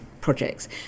projects